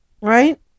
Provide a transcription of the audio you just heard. right